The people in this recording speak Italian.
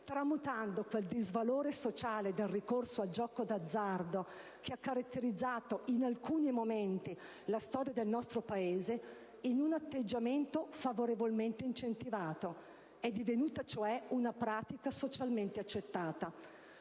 tramutando quel disvalore sociale del ricorso al gioco d'azzardo, che ha caratterizzato in alcuni momenti la storia del nostro Paese, in un atteggiamento favorevolmente incentivato. È divenuta, cioè, una pratica socialmente accettata.